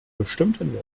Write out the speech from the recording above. bestimmten